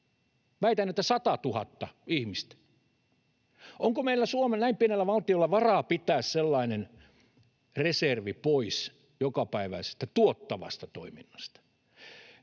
väitän, että satatuhatta ihmistä. Onko meillä, näin pienellä valtiolla, varaa pitää sellainen reservi pois jokapäiväisestä tuottavasta toiminnasta?